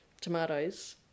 tomatoes